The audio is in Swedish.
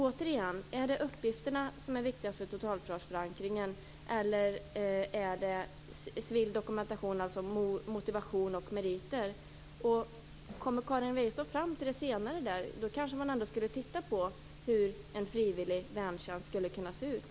Återigen frågar jag om det är uppgifterna som är viktiga för totalförsvarsförankringen, eller är det civil dokumentation, dvs. motivation och meriter? Kommer Karin Wegestål fram till det senare kanske man ändå skulle titta på hur en frivillig värntjänst skulle kunna se ut.